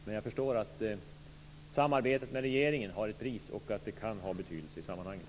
Men jag förstår att samarbetet med regeringen har ett pris och att det kan ha betydelse i sammanhanget.